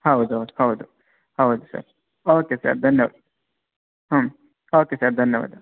ಹೌದು ಹೌದು ಹೌದು ಹೌದು ಸರ್ ಓಕೆ ಸರ್ ಧನ್ಯವಾದ ಹ್ಞೂ ಓಕೆ ಸರ್ ಧನ್ಯವಾದ